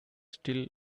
still